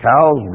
cows